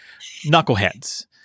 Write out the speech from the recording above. knuckleheads